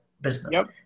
business